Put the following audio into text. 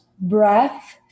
breath